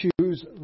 choose